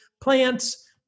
plants